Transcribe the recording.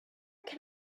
can